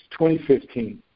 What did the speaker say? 2015